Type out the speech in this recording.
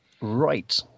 Right